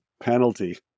penalty